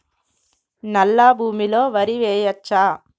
నల్లా భూమి లో వరి వేయచ్చా?